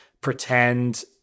pretend